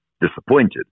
disappointed